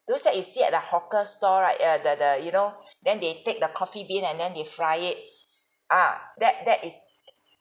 those that you see at the hawker store right ya the the you know then they take the coffee bean and then they fry it ah that that is